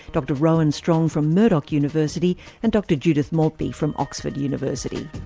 dr rowan strong from murdoch university and dr judith maltby from oxford university.